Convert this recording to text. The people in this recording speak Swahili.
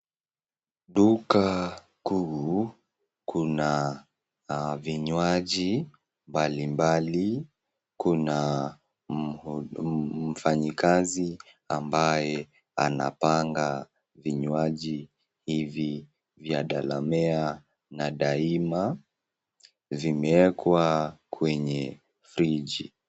Duka kuu kuna vinywaji mbalimbali. Kuna mfanyikazi ambaye anapanga vinywaji hivi vya dalamere na daima. Vimewekwa kwenye friji.